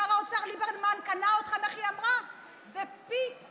שר האוצר ליברמן קנה אתכם איך היא אמרה, בפיצה.